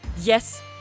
Yes